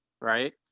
right